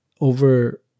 over